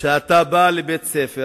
שאתה בא לבית-ספר